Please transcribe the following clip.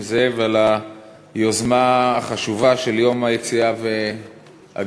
זאב על היוזמה החשובה של היום לציון היציאה והגירוש.